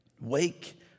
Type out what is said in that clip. Wake